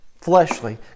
fleshly